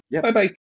Bye-bye